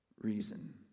reason